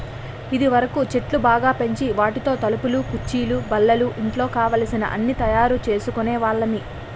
ఇదివరకు చెట్లు బాగా పెంచి వాటితో తలుపులు కుర్చీలు బల్లలు ఇంట్లో కావలసిన అన్నీ తయారు చేసుకునే వాళ్ళమి